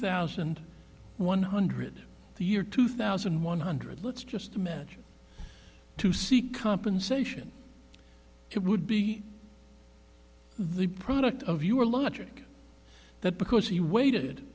thousand one hundred the year two thousand one hundred let's just imagine to see compensation it would be the product of your logic that because he waited